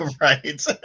right